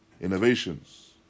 innovations